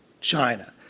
China